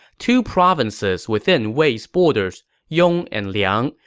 two provinces within wei's borders, yong and liang,